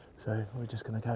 so we are just going to